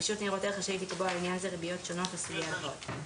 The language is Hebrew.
רשות ניירות ערך רשאית לקבוע לעניין זה ריביות שונות לסוגי הלוואות".